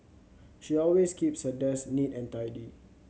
she always keeps her desk neat and tidy